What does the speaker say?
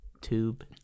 Tube